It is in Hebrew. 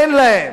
אין להם,